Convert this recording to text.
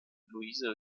louise